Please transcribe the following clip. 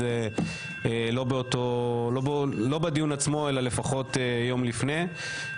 החומרים לא בדיון עצמו אלא לפחות יום לפני.